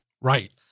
Right